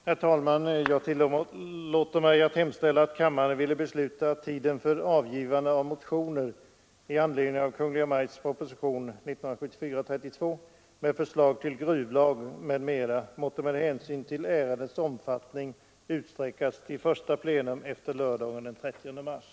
Herr talman! Jag tillåter mig hemställa att kammaren ville besluta att tiden för avgivande av motioner i anledning av Kungl. Maj:ts proposition 1974:32 med förslag till gruvlag m.m. måtte med hänsyn till ärendets omfattning utsträckas till första plenum efter lördagen den 30 mars.